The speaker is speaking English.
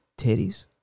titties